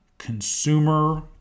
consumer